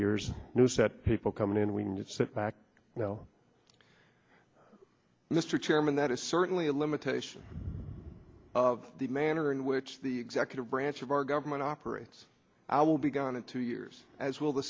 years knows that people coming in we can just sit back now mr chairman that is certainly a limitation of the manner in which the executive branch of our government operates i will be gone in two years as will the